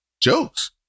Jokes